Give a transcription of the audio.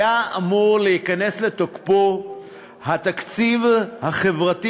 היה אמור להיכנס לתוקפו התקציב החברתי